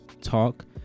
talk